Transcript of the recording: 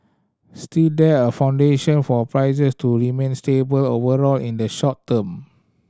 still there are foundation for prices to remain stable overall in the short term